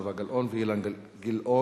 זהבה גלאון ואילן גילאון.